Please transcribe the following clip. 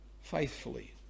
faithfully